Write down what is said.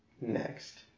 next